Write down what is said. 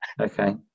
Okay